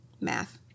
Math